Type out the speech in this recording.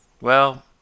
Well